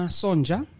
sonja